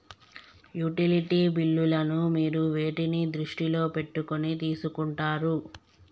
Utility బిల్లులను మీరు వేటిని దృష్టిలో పెట్టుకొని తీసుకుంటారు?